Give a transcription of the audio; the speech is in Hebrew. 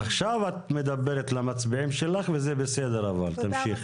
עכשיו את מדברת למצביעים שלך וזה בסדר, תמשיכי.